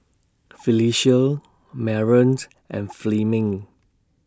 Phylicia Maren's and Fleming